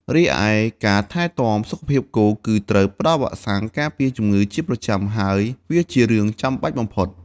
រីឯការថែទាំសុខភាពគោ គឺត្រូវផ្តល់វ៉ាក់សាំងការពារជំងឺជាប្រចាំ ហើយវាជារឿងចាំបាច់បំផុត។